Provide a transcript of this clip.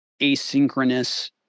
asynchronous